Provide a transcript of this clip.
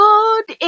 Good